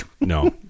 No